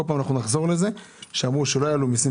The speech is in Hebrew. כל הזמן נחזור על זה: אמרו שלא יעלו מיסים,